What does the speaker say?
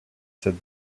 said